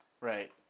Right